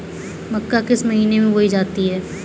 मक्का किस महीने में बोई जाती है?